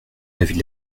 l’avis